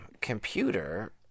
computer